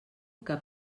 que